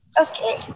Okay